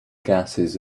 gases